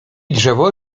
drzewo